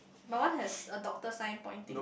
my one has a doctor sign pointing